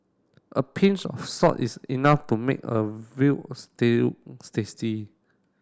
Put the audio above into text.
a pinch of salt is enough to make a veal stew tasty